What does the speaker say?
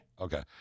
Okay